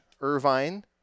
Irvine